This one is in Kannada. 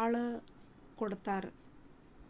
ಅಳ್ದಕೊಡತಾರ